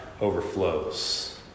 overflows